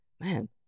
man